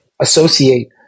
associate